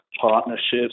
partnerships